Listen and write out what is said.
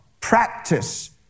practice